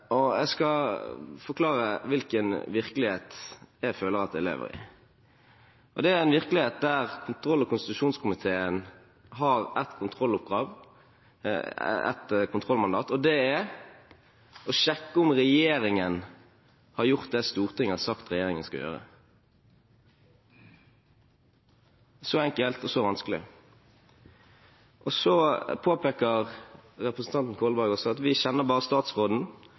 Jeg skal forklare hvilken virkelighet jeg føler at jeg lever i. Det er en virkelighet der kontroll- og konstitusjonskomiteen har ett kontrollmandat, og det er å sjekke om regjeringen har gjort det Stortinget har sagt at regjeringen skal gjøre. Så enkelt og så vanskelig. Så påpeker representanten Kolberg at vi kjenner bare statsråden,